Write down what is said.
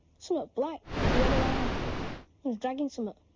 somewhat black, with yellow eyes. it was dragging somewhat,